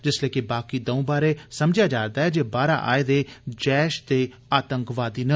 जिसलै कि बाकी दंऊ बारै समझेया जा रदा ऐ जे बाहरा आए दे जैश दे आतंकवादी न